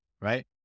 Right